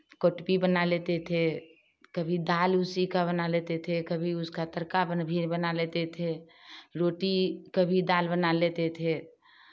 कोटपी बना लेते थे कभी दाल उसीका बना लेते थे कभी उसका तड़का भी बना लेते थे रोटी कभी दाल बना लेते थे